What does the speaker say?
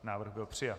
Návrh byl přijat.